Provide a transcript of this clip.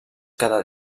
cada